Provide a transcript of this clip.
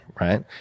right